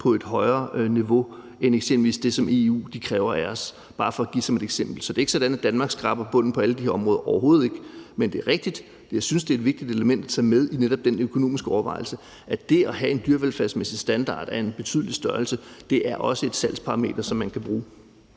på et højere niveau end eksempelvis det, EU kræver af os – det er bare for at komme med et eksempel. Så det er ikke sådan, at Danmark skraber bunden på alle de her områder, overhovedet ikke. Men det er rigtigt, og jeg synes, det er et vigtigt element at tage med i den økonomiske overvejelse, at det at have en dyrevelfærdsmæssig standard på et betydeligt niveau er et salgsparameter, som man kan bruge.